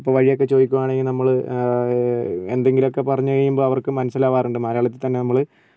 ഇപ്പോൾ വഴിയൊക്കെ ചോദിക്കുവാണെങ്കിൽ നമ്മൾ എന്തെങ്കിലുവൊക്കെ പറഞ്ഞ് കഴിയുമ്പോൾ അവർക്ക് മനസ്സിലാകാറുണ്ട് മലയാളത്തിൽത്തന്നെ നമ്മൾ